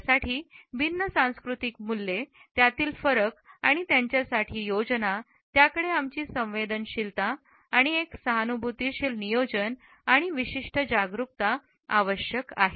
त्यासाठी भिन्न सांस्कृतिक मूल्ये त्यातील फरक आणि त्यांच्यासाठी योजना त्याकडे आमची संवेदनशीलता आणि एक सहानुभूतीशील नियोजन आणि विशिष्ट जागरूकता आवश्यक आहे